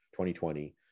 2020